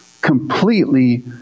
completely